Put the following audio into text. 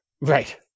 Right